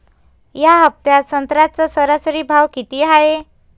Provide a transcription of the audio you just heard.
या हफ्त्यात संत्र्याचा सरासरी भाव किती हाये?